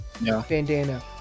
bandana